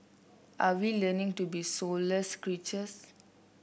are we learning to be soulless creatures